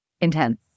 Intense